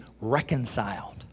reconciled